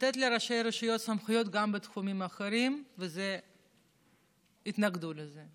לתת לראשי רשויות סמכויות גם בתחומים אחרים והתנגדו לזה,